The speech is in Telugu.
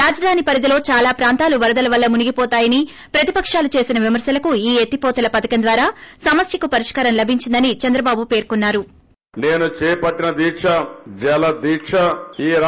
రాజధాని పరిధిలో చాలా ప్రాంతాలు వరదల వల్ల మునిగిపోతాయని ప్రతిపకాలు చేసిన విమర్శలకు ఈ ఎత్తిపోతల పథకం ద్వారా సమస్యకు పరిష్కారం లభించిందని చంద్రబాబు పేర్కొన్నారు